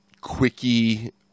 quickie